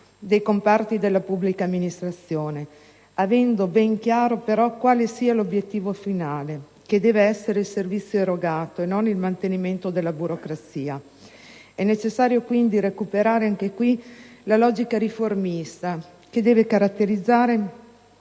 dei comparti della pubblica amministrazione, avendo ben chiaro però quale sia l'obiettivo finale, che deve essere il servizio erogato e non il mantenimento della burocrazia. È necessario quindi recuperare anche qui la logica riformista, che deve caratterizzare